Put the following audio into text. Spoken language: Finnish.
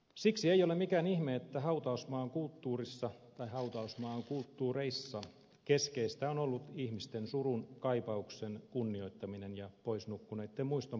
siksi ei ole mikään ihme että hautausmaan kulttuureissa keskeistä on ollut ihmisten surun kaipauksen kunnioittaminen ja pois nukkuneitten muiston vaaliminen